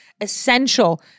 essential